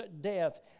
death